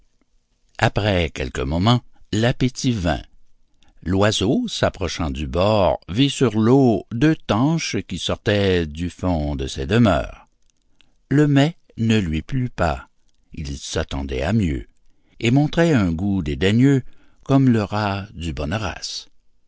après quelques moments l'appétit vint l'oiseau s'approchant du bord vit sur l'eau des tanches qui sortaient du fond de ces demeures le mets ne lui plut pas il s'attendait à mieux et montrait un goût dédaigneux comme le rat du bon